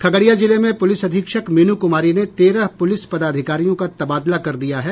खगड़िया जिले में पुलिस अधीक्षक मीनू कुमारी ने तेरह पुलिस पदाधिकारियों का तबादला कर दिया है